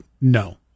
no